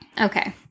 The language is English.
Okay